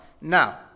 Now